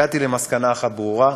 הגעתי למסקנה אחת ברורה,